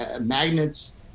magnets